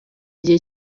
igihe